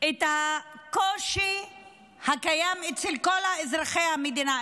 את הקושי הקיים אצל כל אזרחי המדינה,